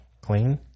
Clean